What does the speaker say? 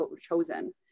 chosen